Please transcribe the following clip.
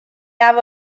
have